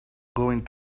going